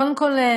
קודם כול,